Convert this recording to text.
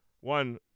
One